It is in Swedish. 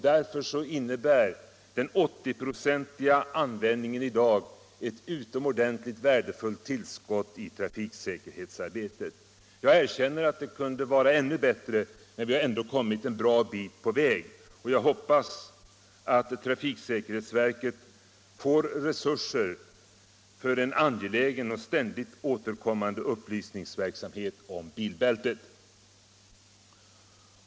Därför innebär den 80-procentiga användningen i dag ett utomordentligt värdefullt resultat i trafiksäkerhetsarbetet. Jag erkänner att det kunde vara ännu bättre, men vi har ändå kommit en bra bit på väg. Jag hoppas att trafiksäkerhetsverket får resurser för en angelägen och ständigt återkommande upplysningsverksamhet om bilbältet.